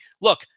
Look